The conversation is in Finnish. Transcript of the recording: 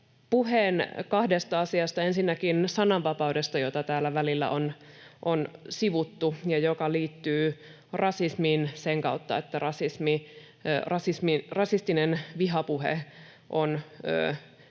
puheen kahdesta asiasta, ensinnäkin sananvapaudesta, jota täällä välillä on sivuttu ja joka liittyy rasismiin sen kautta, että rasistinen vihapuhe on yleistä